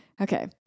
Okay